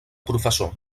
professor